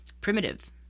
primitive